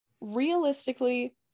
realistically